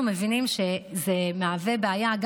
אנחנו מבינים שזה מהווה בעיה,